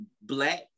black